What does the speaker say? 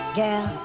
girl